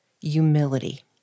humility